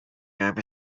gab